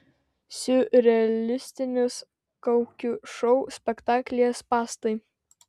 siurrealistinis kaukių šou spektaklyje spąstai